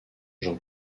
jean